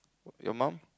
your mom